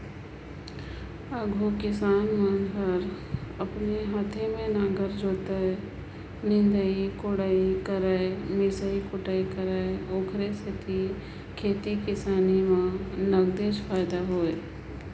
आघु किसान मन हर अपने हाते में नांगर जोतय, निंदई कोड़ई करयए मिसई कुटई करय ओखरे सेती खेती किसानी में नगदेच फायदा होय